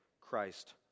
Christ